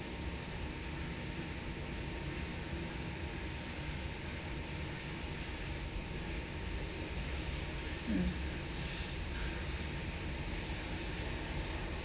mm